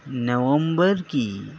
نومبر کی